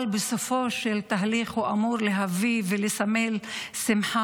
אבל בסופו של תהליך הוא אמור להביא ולסמל שמחה